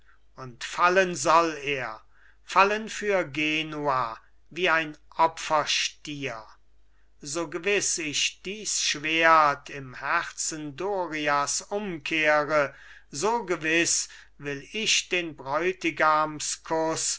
und fallen soll er fallen für genua wie ein opferstier so gewiß ich dies schwert im herzen dorias umkehre so gewiß will ich den